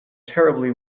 terribly